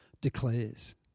declares